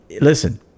Listen